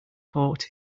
caught